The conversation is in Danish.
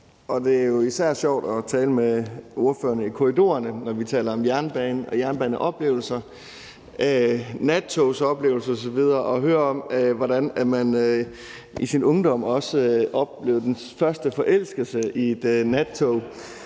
Det er jo især sjovt at tale med ordførerne i korridorerne, når vi taler om jernbaner, jernbaneoplevelser, nattogsoplevelser osv. og hører om, hvordan man i sin ungdom også oplevede sin første forelskelse i et nattog.